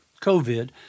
COVID